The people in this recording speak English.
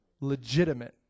Legitimate